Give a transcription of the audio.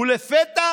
ולפתע